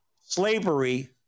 slavery